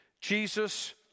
Jesus